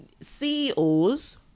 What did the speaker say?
CEOs